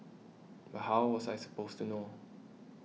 but how was I supposed to know